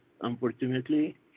unfortunately